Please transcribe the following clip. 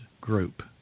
group